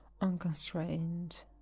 unconstrained